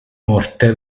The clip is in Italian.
morte